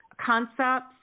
concepts